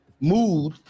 mood